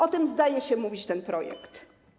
O tym zdaje się mówić ten projekt.